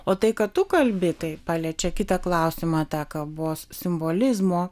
o tai kad tu kalbi tai paliečia kitą klausimą tą kalbos simbolizmo